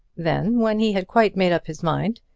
then when he had quite made up his mind,